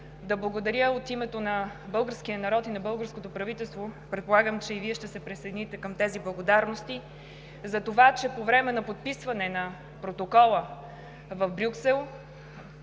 да благодаря от името на българския народ и на българското правителство – предполагам, че и Вие ще се присъедините към тези благодарности, за това, че по време на подписването на Протокола в Брюксел